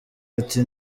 ati